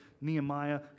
nehemiah